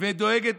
ודואגת